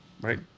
right